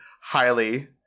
Highly